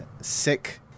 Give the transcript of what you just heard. sick